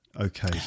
Okay